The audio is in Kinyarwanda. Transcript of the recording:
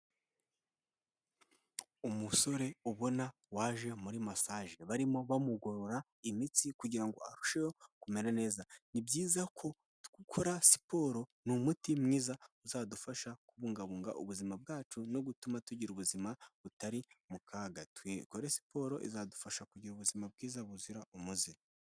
Umusore ubona waje muri masaje barimo bamugorora imitsi kugira ngo arusheho kumera neza, ni byiza ko dukora siporo ni umuti mwiza uzadufasha kubungabunga ubuzima bwacu no gutuma tugira ubuzima butari mu kaga, dukore siporo izadufasha kugira ubuzima bwiza buzira umuze.